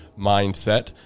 mindset